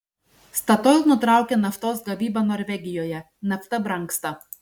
statoil nutraukia naftos gavybą norvegijoje nafta brangsta